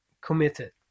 committed